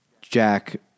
Jack